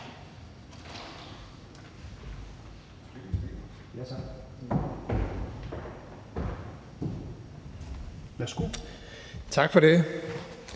Tak for det.